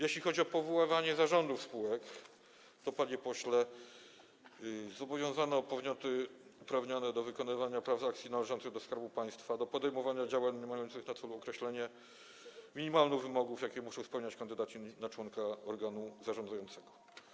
Jeśli chodzi o powoływanie zarządów spółek, zobowiązano podmioty uprawnione do wykonywania transakcji należącej do Skarbu Państwa do podejmowania działań niemających na celu określenia minimalnych wymogów, jakie muszą spełniać kandydaci na członków organu zarządzającego.